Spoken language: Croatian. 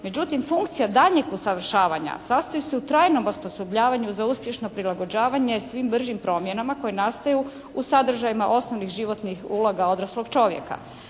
međutim funkcija daljnjeg usavršavanja sastoji se u trajnom osposobljavanju za uspješno prilagođavanje svim bržim promjenama koje nastaju u sadržajima osnovnih životnih uloga odraslog čovjeka.